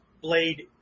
blade